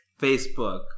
Facebook